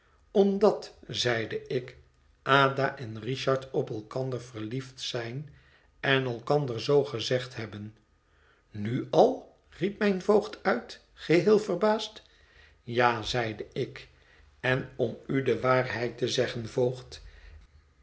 omdat zeide ik ada en richard op elkander verliefd zijn en elkander zoo gezegd hebben nu al riep mijn voogd uit geheel verbaasd ja zeide ik en om u de waarheid te zeggen voogd